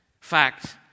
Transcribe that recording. fact